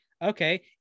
Okay